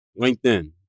LinkedIn